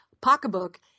pocketbook